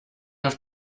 auf